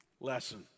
lesson